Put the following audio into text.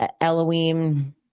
Elohim